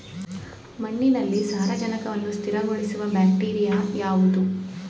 ಮಣ್ಣಿನಲ್ಲಿ ಸಾರಜನಕವನ್ನು ಸ್ಥಿರಗೊಳಿಸುವ ಬ್ಯಾಕ್ಟೀರಿಯಾ ಯಾವುದು?